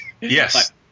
Yes